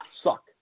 suck